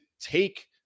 take